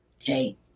Okay